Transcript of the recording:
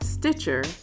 Stitcher